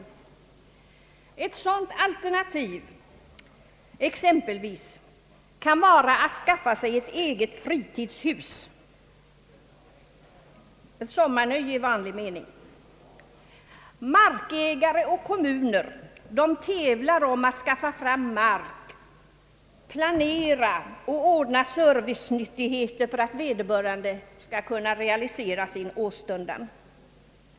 Ett sådant alternativ kan exempelvis vara att skaffa sig ett eget fritidshus, ett sommarnöje enligt den vanliga beteckningen. Markägare och kommuner tävlar om att skaffa fram mark, planera och ordna service för att vederbörande skall kunna förverkliga denna sin åstundan.